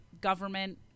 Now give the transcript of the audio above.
government